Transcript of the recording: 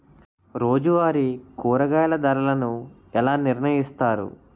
రోజువారి కూరగాయల ధరలను ఎలా నిర్ణయిస్తారు?